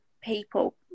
people